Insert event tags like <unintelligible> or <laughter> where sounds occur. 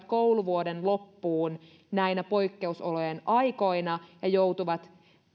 <unintelligible> kouluvuoden loppuun näinä poikkeusolojen aikoina ja joutuvat